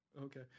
Okay